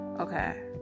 okay